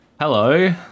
Hello